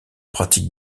pratique